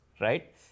Right